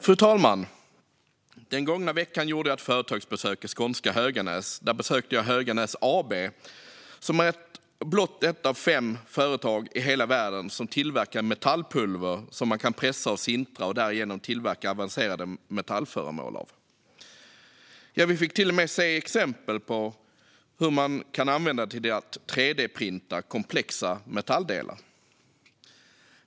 Fru talman! Den gångna veckan gjorde jag ett företagsbesök i skånska Höganäs. Där besökte jag Höganäs AB, som är ett av blott fem företag i hela världen som tillverkar metallpulver som man kan pressa och sintra och därigenom tillverka avancerade metallföremål av. Vi fick till och med se exempel på hur man kan använda det till att 3D-printa komplexa metalldelar.